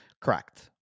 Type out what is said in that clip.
Correct